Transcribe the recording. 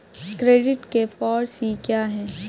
Credit के four C क्या हैं?